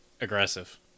aggressive